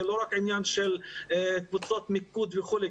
זה לא רק עניין של קבוצות מיקוד וכדומה.